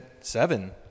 Seven